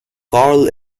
karl